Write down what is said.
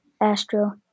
Astro